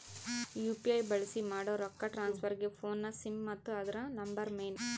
UPI ಬಳ್ಸಿ ಮಾಡೋ ರೊಕ್ಕ ಟ್ರಾನ್ಸ್ಫರ್ಗೆ ಫೋನ್ನ ಸಿಮ್ ಮತ್ತೆ ಅದುರ ನಂಬರ್ ಮೇನ್